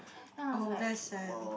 then I was like (!wow!)